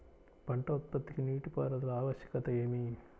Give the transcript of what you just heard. పంట ఉత్పత్తికి నీటిపారుదల ఆవశ్యకత ఏమి?